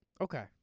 Okay